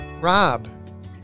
Rob